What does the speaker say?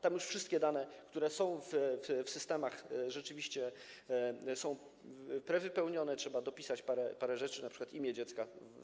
Tam już wszystkie dane, które są w systemach, rzeczywiście są wypełnione, trzeba wpisać parę rzeczy, np. imię dziecka.